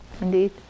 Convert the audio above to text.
Indeed